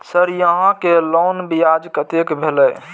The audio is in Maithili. सर यहां के लोन ब्याज कतेक भेलेय?